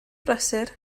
brysur